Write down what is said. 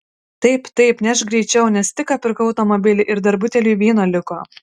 taip taip nešk greičiau nes tik ką pirkau automobilį ir dar buteliui vyno liko